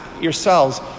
yourselves